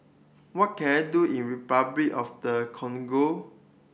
what can I do in Repuclic of the Congo